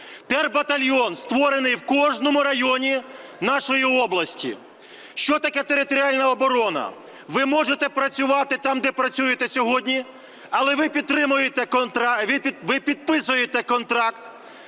Тербатальйон створений в кожному районі нашої області. Що таке територіальна оборона? Ви можете працювати там, де працюєте сьогодні, але ви підписуєте контракт,